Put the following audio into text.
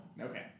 Okay